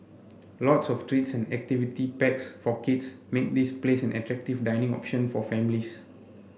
lots of treats and activity packs for kids make this place an attractive dining option for families